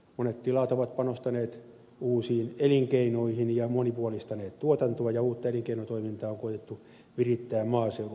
monet tilat ovat panostaneet uusiin elinkeinoihin ja monipuolistaneet tuotantoa ja uutta elinkeinotoimintaa on koetettu virittää maaseudulla